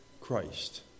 Christ